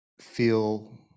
feel